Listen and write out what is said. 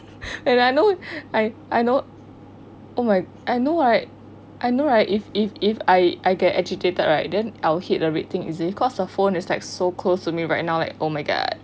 and I know I I know oh my I know I I know right if if if I I get agitated right the I will hit the rating is it because the phone it's like so close to me right now like oh my god